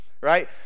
right